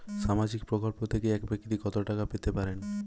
সামাজিক প্রকল্প থেকে এক ব্যাক্তি কত টাকা পেতে পারেন?